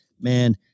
man